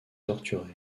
torturé